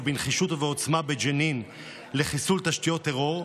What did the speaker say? בנחישות ובעוצמה בג'נין לחיסול תשתיות טרור: